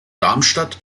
darmstadt